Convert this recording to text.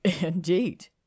Indeed